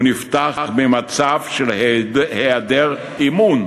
הוא נפתח במצב של היעדר אמון